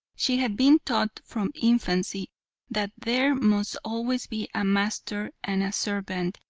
she had been taught from infancy that there must always be a master and a servant,